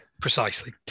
precisely